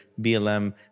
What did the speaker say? blm